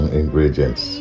ingredients